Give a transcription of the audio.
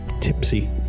tipsy